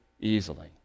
easily